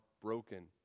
broken